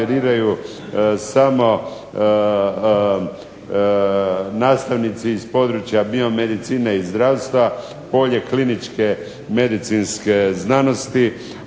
samo nastavnici iz područja biomedicine i zdravstva, polje kliničke medicinske znanosti,